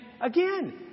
again